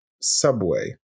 subway